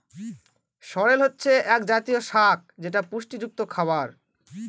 সরেল হচ্ছে এক জাতীয় শাক যেটা পুষ্টিযুক্ত খাবার